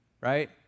right